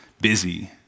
busy